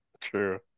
True